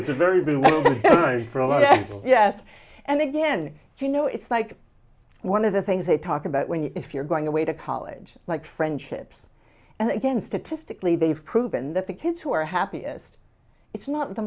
it's a very easy one for a lot yes and again you know it's like one of the things they talk about when you if you're going away to college like friendships and again statistically they've proven that the kids who are happiest it's not the